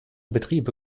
betriebe